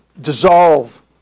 dissolve